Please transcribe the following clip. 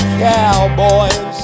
cowboys